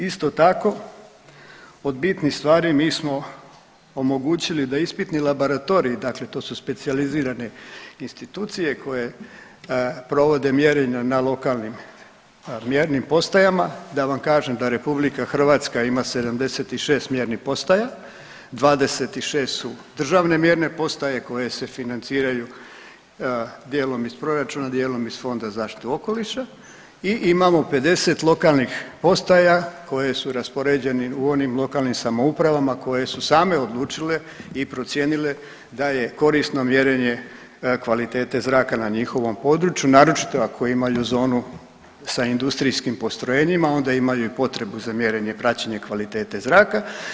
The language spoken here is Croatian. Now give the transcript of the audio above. Isto tako, mi smo omogućili da ispitni laboratorij, dakle to su specijalizirane institucije koje provode mjerenja na lokalnim mjernim postajama, da vam kažem da Republika Hrvatska ima 76 mjernih postaja, 26 su državne mjerne postaje koje se financiraju dijelom iz proračuna, dijelom iz Fonda za zaštitu okoliša i imamo 50 lokalnih postaja koji su raspoređeni u onim lokalnim samoupravama koje su same odlučile i procijenile da je korisno mjerenje kvalitete zraka na njihovom području naročito ako imaju zonu sa industrijskim postrojenjima, onda imaju i potrebu za mjerenje, praćenje kvalitete zraka.